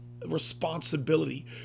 Responsibility